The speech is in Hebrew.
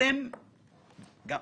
אתם הולכים